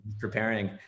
preparing